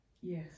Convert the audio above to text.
Yes